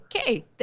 Okay